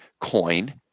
COIN